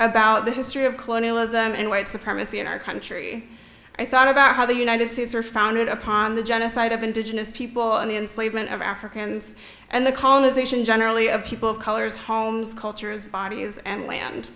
about the history of colonialism and white supremacy in our country i thought about how the united states were founded upon the genocide of indigenous people and the enslavement of africans and the colonization generally of people of colors homes cultures bodies and land